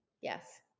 Yes